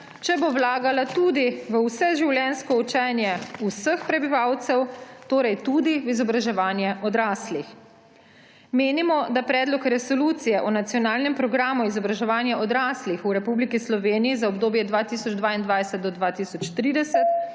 če bo vlagala tudi v vseživljenjsko učenje vseh prebivalcev, torej tudi v izobraževanje odraslih. Menimo, da Predlog resolucije o nacionalnem programu izobraževanja odraslih v Republiki Sloveniji za obdobje 2022−do 2030